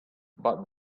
but